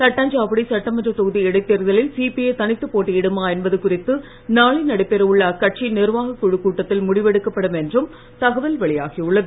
தட்டாஞ்சாவடி சட்டமன்றத் தொகுதி இடைத்தேர்தலில் சிபிஐ தனித்துப் போட்டியிடுமா என்பது குறித்து நாளை நடைபெற உள்ள அக்கட்சியின் நிர்வாகக் குழுக் கூட்டத்தில் முடிவெடுக்கப்படும் என்றும் தகவல் வெளியாகியுள்ளது